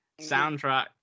soundtrack